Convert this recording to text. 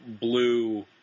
blue